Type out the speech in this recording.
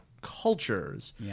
cultures